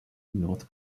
north